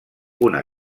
una